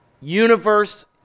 universe